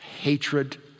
hatred